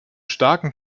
starken